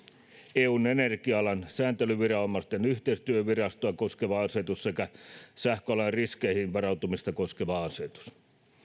eun energia alan sääntelyviranomaisten yhteistyövirastoa koskeva asetus sekä sähköalan riskeihin varautumista koskeva asetus